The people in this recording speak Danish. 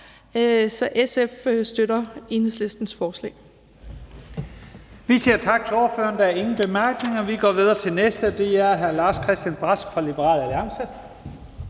SF støtter Enhedslistens forslag.